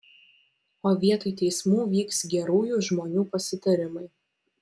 o vietoj teismų vyks gerųjų žmonių pasitarimai